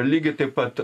lygiai taip pat